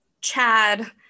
Chad